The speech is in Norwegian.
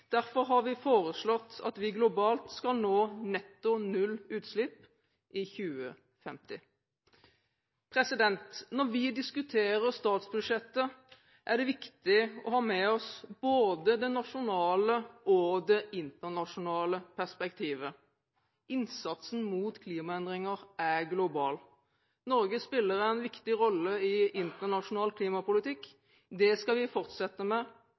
Derfor har vi foreslått at vi globalt skal nå netto null utslipp i 2050. Når vi diskuterer statsbudsjettet, er det viktig å ha med seg både det nasjonale og det internasjonale perspektivet. Innsatsen mot klimaendringer er global. Norge spiller en viktig rolle i internasjonal klimapolitikk. Det skal vi fortsette med,